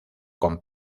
con